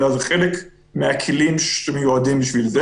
אלא זה חלק מהכלים שמיועדים בשביל זה.